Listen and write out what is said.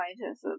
scientists